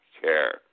care